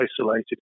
isolated